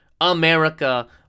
America